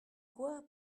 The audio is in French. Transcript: quoi